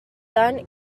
tant